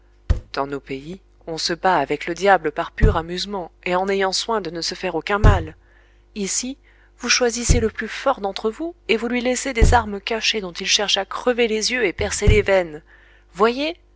dans nos pays on se bat avec le diable par pur amusement et en ayant soin de ne se faire aucun mal ici vous choisissez le plus fort d'entre vous et vous lui laissez des armes cachées dont il cherche à crever les yeux et percer les veines voyez